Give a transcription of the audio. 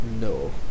No